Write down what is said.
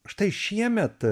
štai šiemet